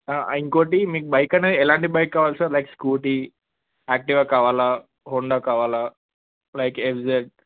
ఇంకొకటి మీకు బైక్ అనేది ఎలాంటి బైక్ కావాలి సార్ లైక్ స్కూటీ యాక్టివా కావాలా హోండా కావాలా లైక్ ఎఫ్జెడ్